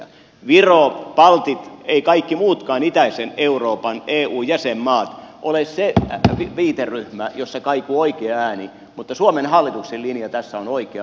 ei viro eivät baltit eivät kaikki muutkaan itäisen euroopan eu jäsenmaat ole se viiteryhmä jossa kaikuu oikea ääni mutta suomen hallituksen linja tässä on oikea